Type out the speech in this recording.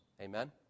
Amen